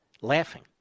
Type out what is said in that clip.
laughing